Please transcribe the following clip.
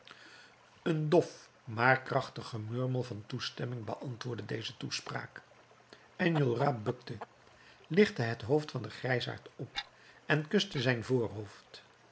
een dof maar krachtig gemurmel van toestemming beantwoordde deze toespraak enjolras bukte lichtte het hoofd van den grijsaard op en kuste zijn voorhoofd